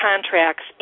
Contracts